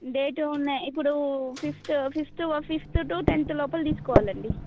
date ఉన్నాయి ఇప్పుడు fifth fifth fifth to tenth లోపల తీసుకోవాలి అండి